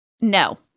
No